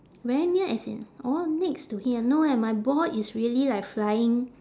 very near as in orh next to him no eh my ball is really like flying